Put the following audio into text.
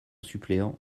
suppléant